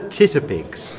Titterpigs